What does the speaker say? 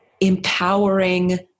empowering